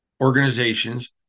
organizations